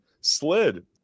slid